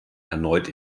erneut